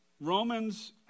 Romans